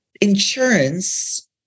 insurance